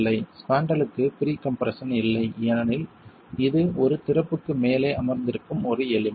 ஸ்பாண்ட்ரலுக்கு pre compression இல்லை ஏனெனில் இது ஒரு திறப்புக்கு மேலே அமர்ந்திருக்கும் ஒரு எலிமெண்ட்